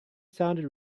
sounded